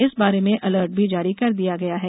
इस बारे में अलर्ट भी जारी कर दिया गया है